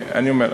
ומה עושה אדוני?